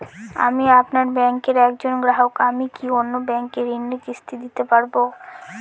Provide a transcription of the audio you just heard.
আমি আপনার ব্যাঙ্কের একজন গ্রাহক আমি কি অন্য ব্যাঙ্কে ঋণের কিস্তি দিতে পারবো?